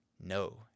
No